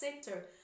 center